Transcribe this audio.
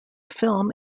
film